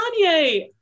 Kanye